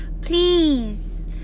please